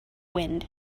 wind